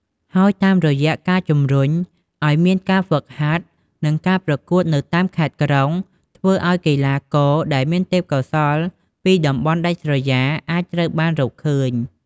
ហើយតាមរយៈការជំរុញឲ្យមានការហ្វឹកហាត់ និងការប្រកួតនៅតាមខេត្តក្រុង ធ្វើឲ្យកីឡាករដែលមានទេពកោសល្យពីតំបន់ដាច់ស្រយាលអាចត្រូវបានរកឃើញ។